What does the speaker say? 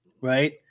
right